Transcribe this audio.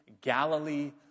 Galilee